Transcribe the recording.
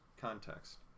context